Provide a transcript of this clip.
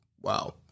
Wow